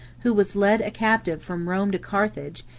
who was led a captive from rome to carthage,